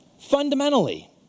fundamentally